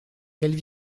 qu’elle